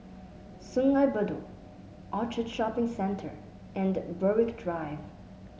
Sungei Bedok Orchard Shopping Centre and Berwick Drive